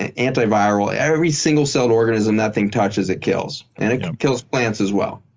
ah antiviral. every single celled organism that thing touches, it kills. and it um kills plants as well.